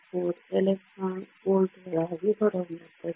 094 electron ವೋಲ್ಟ್ಗಳಾಗಿ ಹೊರಹೊಮ್ಮುತ್ತದೆ